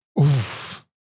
Oof